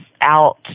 out